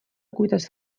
kuidas